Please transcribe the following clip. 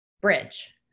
bridge